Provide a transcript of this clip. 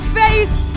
face